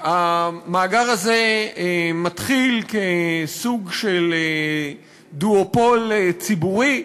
המאגר הזה מתחיל כסוג של דואופול ציבורי,